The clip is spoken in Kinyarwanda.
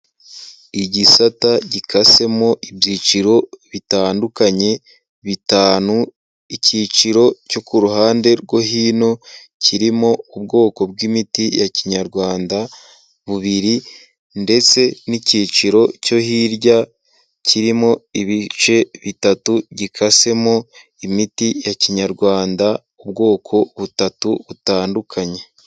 Igisata gikasemo ibyiciro bitandukanye bitanu, icyiciro cyo ku ruhande rwo hino kirimo ubwoko bw'imiti ya kinyarwanda bubiri ndetse n'icyiciro cyo hirya kirimo ibice bitatu gikasemo imiti ya kinyarwanda, ubwoko butatu butandukanye.